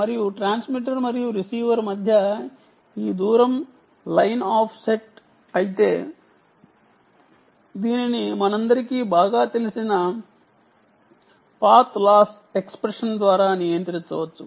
మరియు ట్రాన్స్మిటర్ మరియు రిసీవర్ మధ్య ఈ దూరం లైన్ ఆఫ్ సైట్ అయితే దీనిని మనందరికీ బాగా తెలిసిన పాత్ లా ఎక్స్ప్రెషన్ ద్వారా నియంత్రించవచ్చు